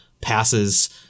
passes